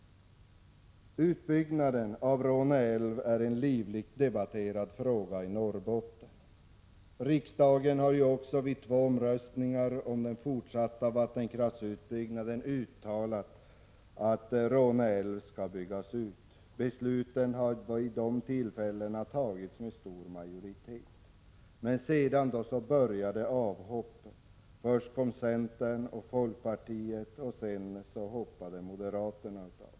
Utbyggnaden av Råneälven är en livligt debatterad fråga i Norrbotten. Riksdagen har vid två omröstningar om den fortsatta vattenkraftsutbyggnaden uttalat att Råneälven skall byggas ut. Besluten har vid de tillfällena tagits med stor majoritet. Sedan började avhoppen. Först kom centern och folkpartiet, och sedan hoppade moderaterna av.